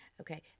Okay